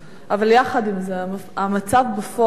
אבל יחד עם זאת המצב בפועל,